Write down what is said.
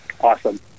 Awesome